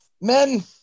men